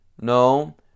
No